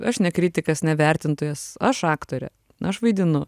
aš ne kritikas ne vertintojas aš aktorė aš vaidinu